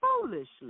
foolishly